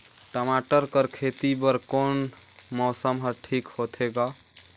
टमाटर कर खेती बर कोन मौसम हर ठीक होथे ग?